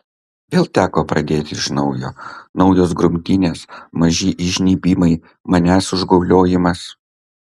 vėl teko pradėti iš naujo naujos grumtynės maži įžnybimai manęs užgauliojimas